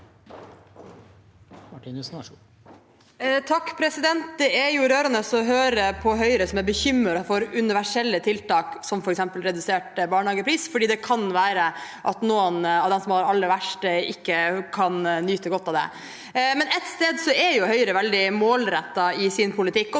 (R) Det er rø- rende å høre på Høyre, som er bekymret for universelle tiltak, som f.eks. redusert barnehagepris, fordi det kan være at noen av de som har det aller verst, ikke kan nyte godt av det. Men ett sted er Høyre veldig målrettet i sin politikk,